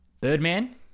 Birdman